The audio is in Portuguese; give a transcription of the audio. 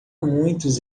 muitos